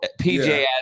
PJ